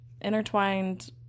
intertwined